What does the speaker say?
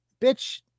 Bitch